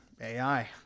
AI